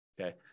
Okay